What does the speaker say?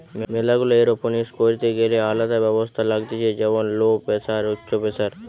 ম্যালা গুলা এরওপনিক্স করিতে গ্যালে আলদা ব্যবস্থা লাগতিছে যেমন লো প্রেসার, উচ্চ প্রেসার